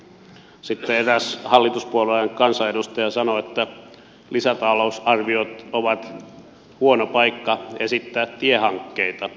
sitten eräs hallituspuolueen kansanedustaja sanoi että lisätalousarviot ovat huono paikka esittää tiehankkeita